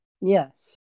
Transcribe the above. Yes